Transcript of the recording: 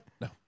No